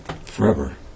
forever